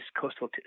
coastal